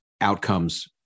outcomes